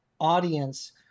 audience